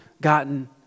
gotten